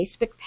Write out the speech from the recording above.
Facebook